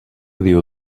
diu